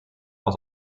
aus